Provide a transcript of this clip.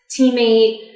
teammate